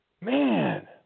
Man